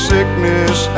Sickness